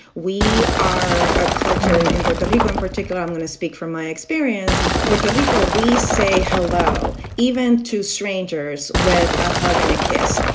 we are a culture, and in puerto rico in particular i'm going to speak from my experience. puerto but rico we say hello, even to strangers, with a hug and a kiss.